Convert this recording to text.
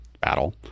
battle